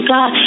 God